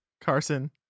Carson